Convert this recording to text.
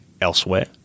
elsewhere